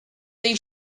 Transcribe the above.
they